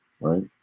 Right